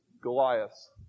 Goliath